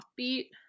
offbeat